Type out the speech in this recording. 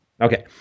Okay